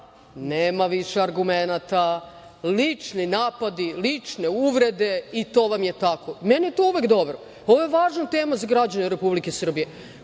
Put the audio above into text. nema više argumenata. Lični napadi, lične uvrede i to vam je tako. Meni je to uvek dobro. Ovo je važna tema za građane Republike Srbije.